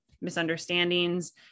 misunderstandings